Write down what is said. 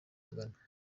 bagana